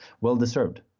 well-deserved